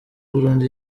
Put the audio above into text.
burundu